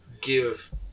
give